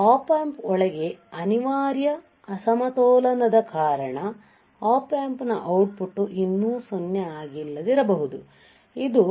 Op Amp ಒಳಗೆ ಅನಿವಾರ್ಯ ಅಸಮತೋಲನದ ಕಾರಣ Op Amp ನ ಔಟ್ಪುಟ್ ಇನ್ನೂ 0 ಆಗಿಲ್ಲದಿರಬಹುದು ಇದು